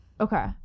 Okay